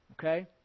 Okay